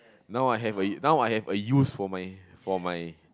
now I have a~ now I have a use for my for my